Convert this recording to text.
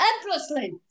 endlessly